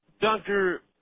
Doctor